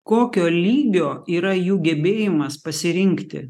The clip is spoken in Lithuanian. kokio lygio yra jų gebėjimas pasirinkti